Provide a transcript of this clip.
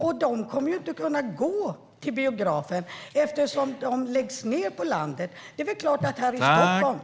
Publiken kommer inte att kunna gå till biografen eftersom biograferna kommer att läggas ned på landsbygden.